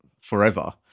forever